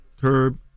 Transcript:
Curb